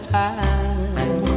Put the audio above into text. time